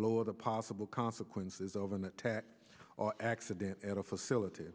lower the possible consequences of an attack or accident at a facility